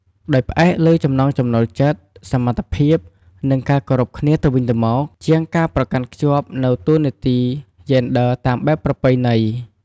ដោយផ្អែកលើ ចំណង់ចំណូលចិត្ត សមត្ថភាព និង ការគោរពគ្នាទៅវិញទៅមក ជាងការប្រកាន់ខ្ជាប់នូវតួនាទីយេនឌ័រតាមបែបប្រពៃណី។